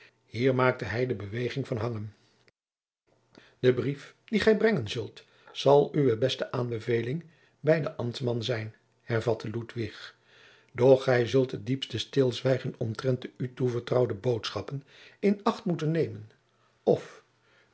hier maakte hij de beweging van hangen de brief dien gij brengen zult zal uwe beste aanbeveling bij den ambtman zijn hervatte ludwig doch gij zult het diepste stilzwijgen omtrent de u toevertrouwde boodschappen in acht moeten nejacob van